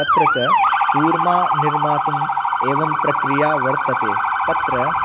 तत्र च चूर्मा निर्मातुम् एवं प्रक्रिया वर्तते तत्र